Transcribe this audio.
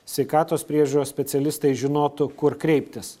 sveikatos priežiūros specialistai žinotų kur kreiptis